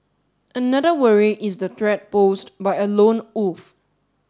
another worry is the threat posed by a lone wolf